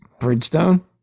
Bridgestone